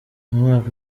umwaka